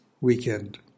weekend